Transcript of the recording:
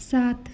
सात